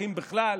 נכים בכלל,